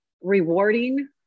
rewarding